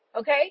Okay